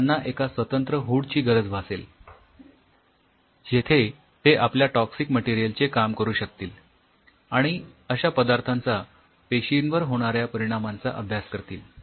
तर त्यांना एका स्वतंत्र हूड ची गरज भासेल जेथे ते आपल्या टॉक्सिक मटेरियल चे काम करू शकतील आणि अश्या पदार्थांचा पेशींवर होणाऱ्या परिणामांचा अभ्यास करतील